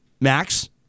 Max